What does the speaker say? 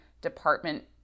department